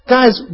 Guys